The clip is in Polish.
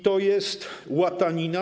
To jest łatanina.